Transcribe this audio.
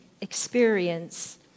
experience